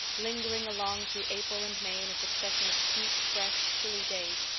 lingering along through april and may in a succession of sweet, fresh, chilly days,